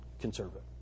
conservative